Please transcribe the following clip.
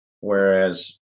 whereas